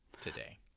today